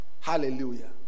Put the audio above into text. Hallelujah